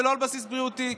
ולא על בסיס בריאותי.